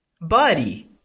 buddy